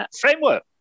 framework